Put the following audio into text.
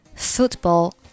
Football